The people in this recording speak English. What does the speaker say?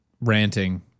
ranting